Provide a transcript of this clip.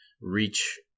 reach